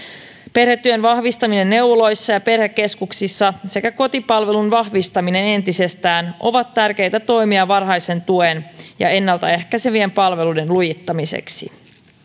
perhetyön vahvistaminen neuvoloissa ja perhekeskuksissa sekä kotipalvelun vahvistaminen entisestään ovat tärkeitä toimia varhaisen tuen ja ennaltaehkäisevien palveluiden lujittamiseksi